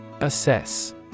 Assess